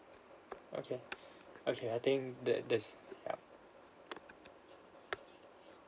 okay okay I think that that's ya